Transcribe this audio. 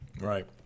Right